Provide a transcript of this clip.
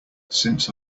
since